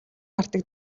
гардаг